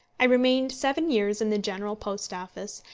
i remained seven years in the general post office,